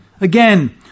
Again